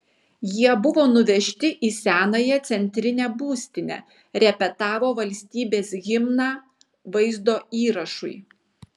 jie buvo nuvežti į senąją centrinę būstinę repetavo valstybės himną vaizdo įrašui